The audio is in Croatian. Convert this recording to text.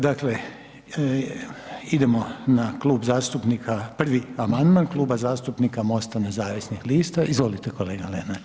Dakle, idemo na Klub zastupnika, prvi amandman Kluba zastupnika MOST-a nezavisnih lista, izvolite kolega Lenart.